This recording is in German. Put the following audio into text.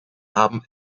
haben